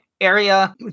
area